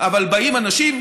אבל באים אנשים,